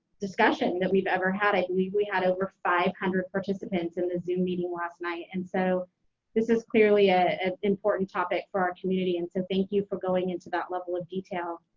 discussion that we've ever had. i believe we had over five hundred participants in the zoom meeting last night and so this is clearly ah an important topic for our community and so thank you for going into that level of detail.